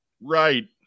right